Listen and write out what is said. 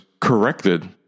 corrected